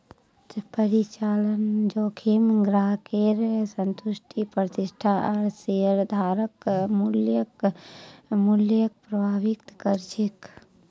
परिचालन जोखिम ग्राहकेर संतुष्टि प्रतिष्ठा आर शेयरधारक मूल्यक प्रभावित कर छेक